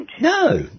No